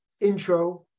intro